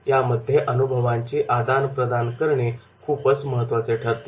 यामध्ये अनुभवांची आदान प्रदान करणे खूपच महत्त्वाचे ठरते